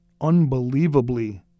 unbelievably